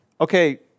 okay